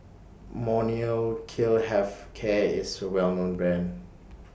Molnylcke Health Care IS A Well known Brand